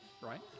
right